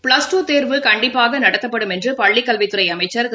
plus two தேர்வு கண்டிப்பாகநடத்தப்படும் என்றுபள்ளிக்கல்வித்துறைஅமைச்சர் திரு